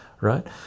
right